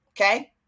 okay